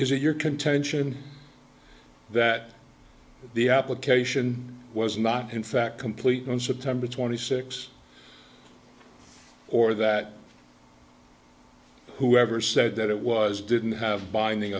is it your contention that the application was not in fact complete on september twenty six or that whoever said that it was didn't have b